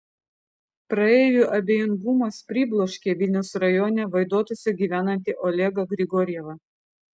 praeivių abejingumas pribloškė vilniaus rajone vaidotuose gyvenantį olegą grigorjevą